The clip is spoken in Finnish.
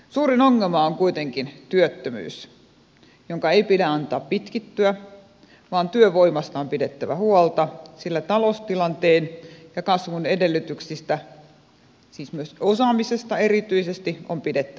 suurin ongelma on kuitenkin työttömyys jonka ei pidä antaa pitkittyä vaan työvoimasta on pidettävä huolta sillä taloustilanteen ja kasvun edellytyksistä siis myös osaamisesta erityisesti on pidettävä kiinni